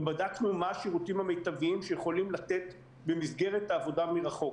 ובדקנו מה השירותים המיטביים שיכולים לתת במסגרת עבודה מרחוק.